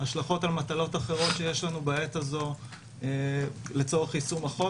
השלכות על מטלות אחרות שיש לנו בעת הזו לצורך יישום החוק.